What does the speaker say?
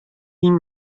این